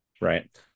Right